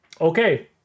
Okay